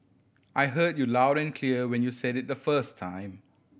I heard you loud and clear when you said it the first time